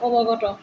অৱগত